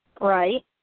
Right